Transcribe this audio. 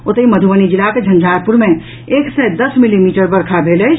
ओतहि मधुबनी जिलाक झंझारपुर मे एक सय दस मिलीमीटर वर्षा भेल अछि